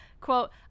quote